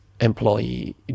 employee